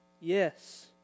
Yes